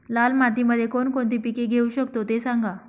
लाल मातीमध्ये कोणकोणती पिके घेऊ शकतो, ते सांगा